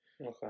Okay